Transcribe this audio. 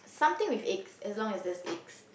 something with eggs as long as there's eggs